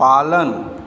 पालन